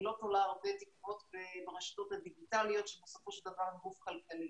אני לא תולה הרבה תקוות ברשתות הדיגיטליות שבסופו של דבר הן גוף כלכלי.